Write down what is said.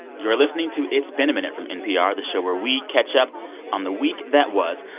you are listening to it's been a minute from npr, the show where we catch up on the week that was.